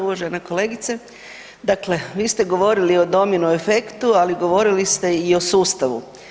Uvažena kolegice, dakle vi ste govorili o domino efektu, ali govorili ste i o sustavu.